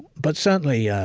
but certainly, yeah